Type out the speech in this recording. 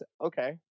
okay